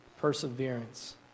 perseverance